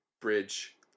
bridge